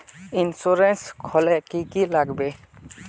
Insurance खोले की की लगाबे?